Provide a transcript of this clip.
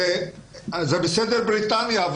זה בסדר בריטניה,